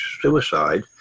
suicide